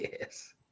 yes